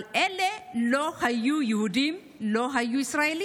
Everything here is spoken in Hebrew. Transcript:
אבל אלה לא היו יהודים, לא היו ישראלים.